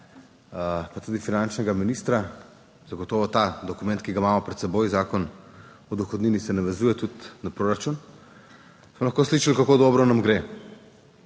pa tudi finančnega ministra, zagotovo ta dokument, ki ga imamo pred seboj, Zakon o dohodnini se navezuje tudi na proračun, smo lahko slišali kako dobro nam gre.